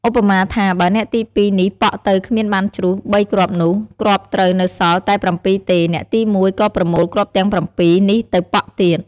ឧបមាថា បើអ្នកទី២នេះប៉ក់ទៅគ្មានបានជ្រុះ ៣ គ្រាប់នោះ គ្រាប់ត្រូវនៅសល់តែ៧ទេ អ្នកទី១ ក៏ប្រមូលគ្រាប់ទាំង៧ នេះទៅប៉ក់ទៀត។